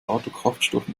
autokraftstoffen